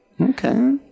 Okay